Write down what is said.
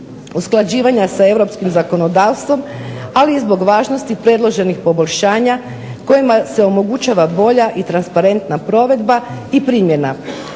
usklađivanja sa europskim zakonodavstvom ali i zbog važnosti predloženih poboljšanja kojima se omogućava bolja i transparentna provedba i primjena.